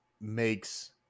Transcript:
makes